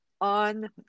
on